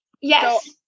Yes